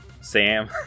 Sam